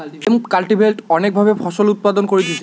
hemp cultivate অনেক ভাবে ফসল উৎপাদন করতিছে